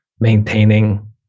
maintaining